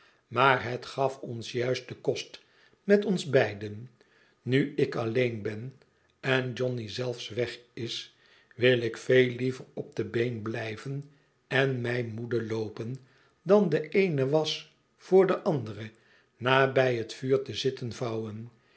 maar het gaf ons juist den kost met ons beiden nu ik alleen ben en johnny zelfs weg is wil ik veel liever op de been blijven en mij moede loopen dan de eene wasch voor de andere na bij het vuur te zitten vouwen